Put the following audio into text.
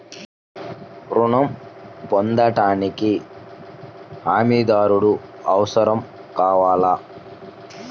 ఋణం పొందటానికి హమీదారుడు అవసరం కావాలా?